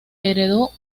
heredó